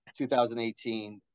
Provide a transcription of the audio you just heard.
2018